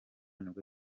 nibwo